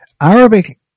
Arabic